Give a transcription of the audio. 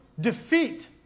defeat